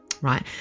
right